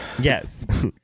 Yes